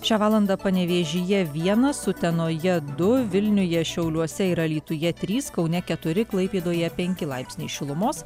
šią valandą panevėžyje vienas utenoje du vilniuje šiauliuose ir alytuje trys kaune keturi klaipėdoje penki laipsniai šilumos